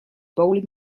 bowling